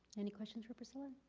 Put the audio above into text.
any questions for priscilla?